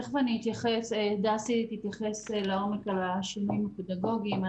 תכף דסי תתייחס לעומק לגבי השינויים הפדגוגיים.